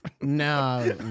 No